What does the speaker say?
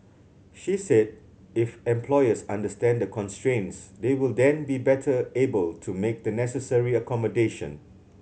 she said if employers understand the constraints they will then be better able to make the necessary accommodation